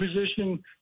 position